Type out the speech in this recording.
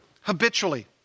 habitually